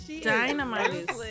Dynamite